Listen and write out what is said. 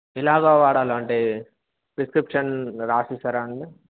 ఎలాగా వాడాలండి అంటే ప్రిస్క్రిప్షన్ రాసిస్తారా అండి